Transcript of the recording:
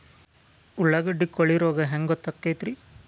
ಉಳ್ಳಾಗಡ್ಡಿ ಕೋಳಿ ರೋಗ ಹ್ಯಾಂಗ್ ಗೊತ್ತಕ್ಕೆತ್ರೇ?